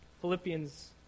Philippians